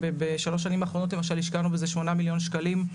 בשלוש שנים האחרונות למשל השקענו בזה שמונה מיליון שקלים.